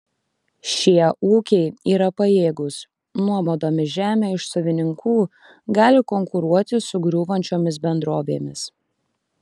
šie ūkiai yra pajėgūs nuomodami žemę iš savininkų gali konkuruoti su griūvančiomis bendrovėmis